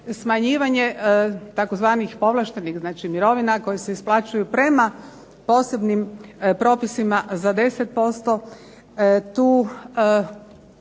Smanjivanje tzv. povlaštenih, znači mirovina koje se isplaćuju prema posebnim propisima za 10%.